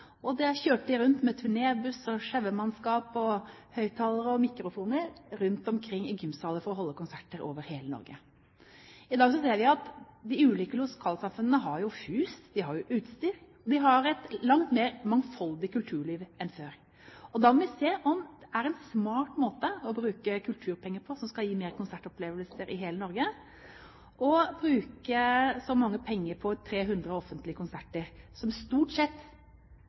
kjørte de rundt med turnébusser, sjauemannskap, høyttalere og mikrofoner til gymsaler for å holde konserter over hele Norge. I dag ser vi at de ulike lokalsamfunnene har hus. De har utstyr. De har et langt mer mangfoldig kulturliv enn før. Da må vi se om det er en smartere måte å bruke kulturpenger på, som skal gi mer konsertopplevelser i hele Norge, enn å bruke så mange penger på 300 offentlige konserter, som